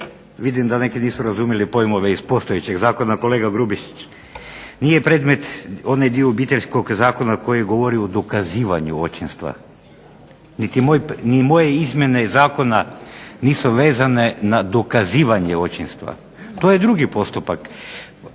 vidim da neki nisu razumjeli pojmove iz postojećeg zakona. Kolega Grubišić nije predmet onaj dio Obiteljskog zakona koji govori o dokazivanju očinstva, ni moje izmjene zakona nisu vezane na dokazivanje očinstva. To je drugi postupak.